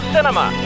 Cinema